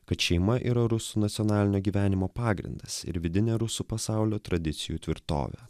kad šeima yra rusų nacionalinio gyvenimo pagrindas ir vidinė rusų pasaulio tradicijų tvirtovė